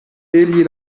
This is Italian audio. egli